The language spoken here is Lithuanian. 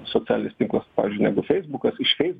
socialinis tinklas pavyzdžiui negu feisbukas iš feisbuko